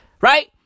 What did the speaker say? right